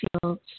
fields